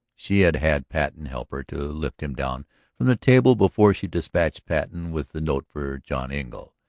she had had patten help her to lift him down from the table before she despatched patten with the note for john engle.